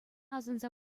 асӑнса